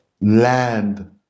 land